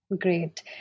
great